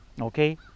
Okay